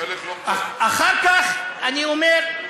אחר כך אני אומר: